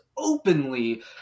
openly